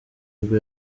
bwo